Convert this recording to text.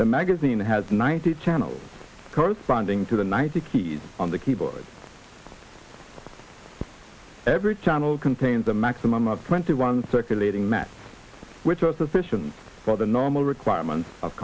the magazine has ninety channels corresponding to the ninety keys on the keyboard every channel contains a maximum of twenty one circulating maps which are sufficient for the normal requirements of